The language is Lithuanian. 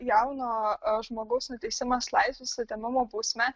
jauno žmogaus nuteisimas laisvės atėmimo bausme